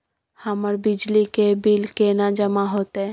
हमर बिजली के बिल केना जमा होते?